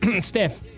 Steph